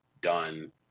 done